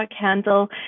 handle